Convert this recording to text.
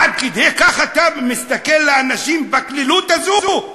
עד כדי כך אתה מסתכל על אנשים בקלילות הזו?